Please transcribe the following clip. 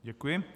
Děkuji.